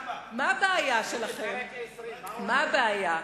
סימן ב', סעיף 4. סעיף 20. מה הבעיה שלכם?